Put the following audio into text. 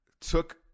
took